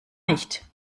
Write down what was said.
nicht